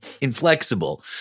inflexible